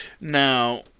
Now